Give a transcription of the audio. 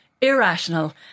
irrational